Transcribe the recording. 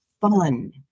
fun